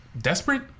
Desperate